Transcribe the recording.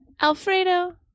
Alfredo